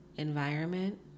environment